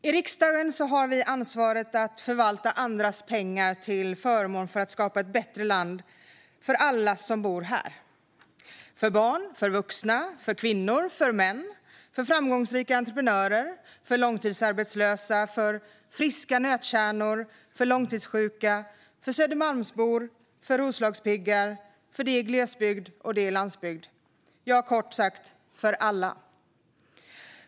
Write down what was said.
I riksdagen har vi ansvaret att förvalta andras pengar till förmån för att skapa ett bättre land för alla som bor här - för barn och för vuxna, för kvinnor och för män, för framgångsrika entreprenörer och för långtidsarbetslösa, för kärnfriska och för långtidssjuka, för Södermalmsbor och för rospiggar och för dem i glesbygd och på landsbygd, ja, kort sagt för alla.